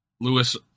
Lewis